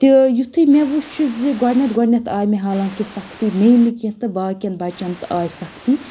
تہٕ یِتھُے مےٚ وٕچھ یہِ زِ گۄڈنٮ۪تھ گۄڈنیٚتھ آو مےٚ حالانٛکہِ سَختِی مےٚ نہٕ کہیٖںٛۍ تہِ باقِٮ۪ن بَچَن تہِ آے سَختِی